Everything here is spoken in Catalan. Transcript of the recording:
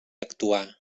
actuar